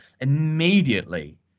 Immediately